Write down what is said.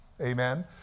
Amen